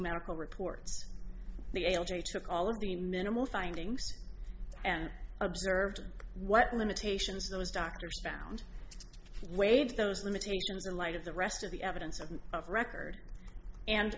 medical reports the a l j took all of the minimal findings and observed what limitations those doctors found waive those limitations in light of the rest of the evidence and of record and